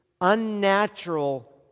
unnatural